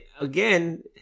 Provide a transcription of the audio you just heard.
again